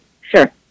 Sure